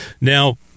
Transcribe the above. Now